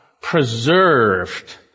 preserved